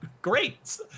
great